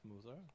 smoother